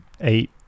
eight